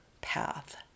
path